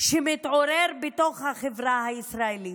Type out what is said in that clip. שמתעורר בתוך החברה הישראלית.